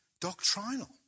doctrinal